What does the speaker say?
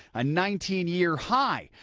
a nine-year high.